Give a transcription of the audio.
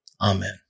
amen